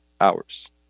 hours